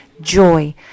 Joy